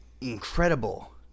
incredible